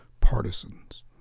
partisans